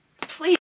Please